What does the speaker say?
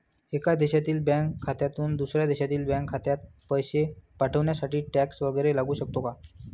एका देशातील बँक खात्यातून दुसऱ्या देशातील बँक खात्यात पैसे पाठवण्यासाठी टॅक्स वैगरे लागू शकतो का?